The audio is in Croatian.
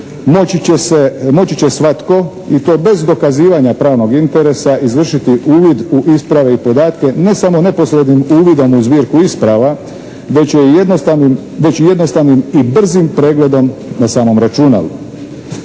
moći će svatko i to bez dokazivanja pravnog interesa izvršiti uvid u isprave i podatke ne samo neposrednim uvidom u Zbirku isprava već i jednostavnim i brzim pregledom na samom računalu.